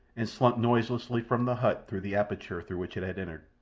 and slunk noiselessly from the hut through the aperture through which it had entered.